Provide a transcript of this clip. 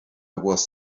was